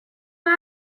war